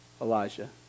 Elijah